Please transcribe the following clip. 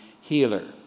healer